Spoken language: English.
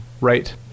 right